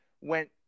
went